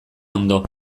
ondo